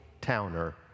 Towner